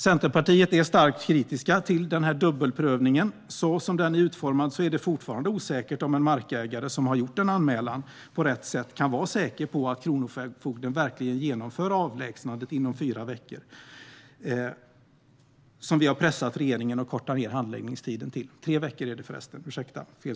Centerpartiet är starkt kritiskt till dubbelprövningen. Som den är utformad är det fortfarande osäkert om en markägare som gjort en anmälan på rätt sätt kan vara säker på att kronofogden verkligen genomför avlägsnandet inom de tre veckor vi pressat regeringen att korta ned handläggningstiden till.